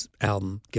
album